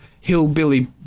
hillbilly